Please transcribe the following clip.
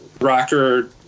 rocker